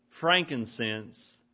frankincense